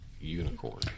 unicorn